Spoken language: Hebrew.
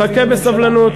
חכה בסבלנות.